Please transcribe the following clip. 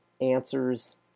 answers